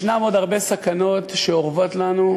יש עוד הרבה סכנות שאורבות לנו.